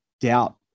doubt